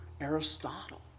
Aristotle